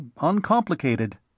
uncomplicated